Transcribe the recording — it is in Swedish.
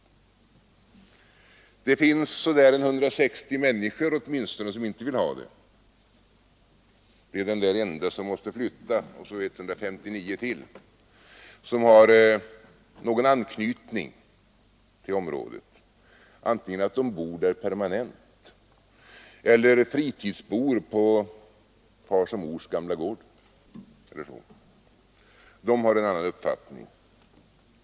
Det finns så där 160 människor åtminstone som inte vill ha det där — det är den där ende som måste flytta och så 159 till som har någon anknytning till området antingen så att de bor där permanent eller är fritidsbor på fars och mors gamla gård eller liknande. De har en annan uppfattning.